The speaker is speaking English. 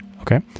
Okay